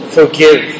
forgive